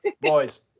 boys